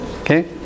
okay